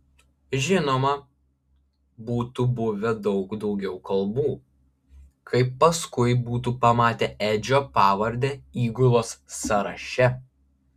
žinoma būtų buvę daug daugiau kalbų kai paskui būtų pamatę edžio pavardę įgulos sąraše